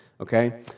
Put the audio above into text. Okay